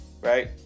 right